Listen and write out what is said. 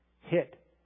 hit